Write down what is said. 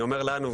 לנו,